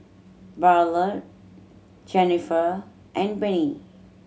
Ballard Jenniffer and Penni